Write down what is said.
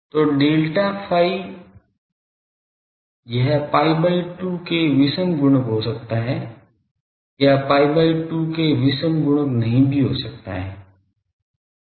तो delta phi यह pi by 2 के विषम गुणक हो सकता है या pi by 2 के विषम गुणक नहीं भी हो सकता है